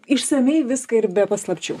išsamiai viską ir be paslapčių